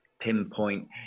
pinpoint